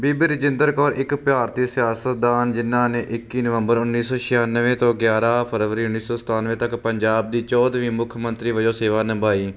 ਬੀਬੀ ਰਜਿੰਦਰ ਕੌਰ ਇੱਕ ਭਾਰਤੀ ਸਿਆਸਤਦਾਨ ਜਿਨਾਂ ਨੇ ਇੱਕੀ ਨਵੰਬਰ ਉੱਨੀ ਸੋ ਛਿਆਨਵੇਂ ਤੋਂ ਗਿਆਰਾਂ ਫਰਵਰੀ ਉੱਨੀ ਸੋ ਸਤਾਨਵੇਂ ਤੱਕ ਪੰਜਾਬ ਦੀ ਚੋਦਵੀਂ ਮੁੱਖ ਮੰਤਰੀ ਵਜੋਂ ਸੇਵਾ ਨਿਭਾਈ